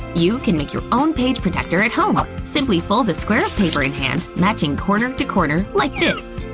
you can make your own page protector at home! simply fold a square of paper in hand, matching corner to corner like this.